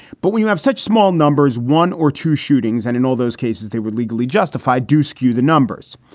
but when you have such small numbers, one or two shootings, and in all those cases, they were legally justified to skew the numbers.